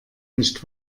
nicht